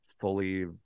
fully